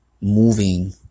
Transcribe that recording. moving